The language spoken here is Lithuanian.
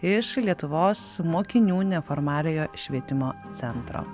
iš lietuvos mokinių neformaliojo švietimo centro